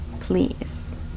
please